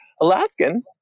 Alaskan